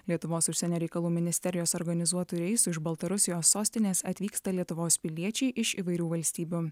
lietuvos užsienio reikalų ministerijos organizuotu reisu iš baltarusijos sostinės atvyksta lietuvos piliečiai iš įvairių valstybių